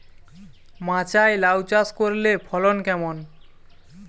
মাচায় লাউ চাষ করলে ফলন কেমন?